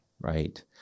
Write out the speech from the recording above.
Right